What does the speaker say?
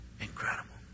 Incredible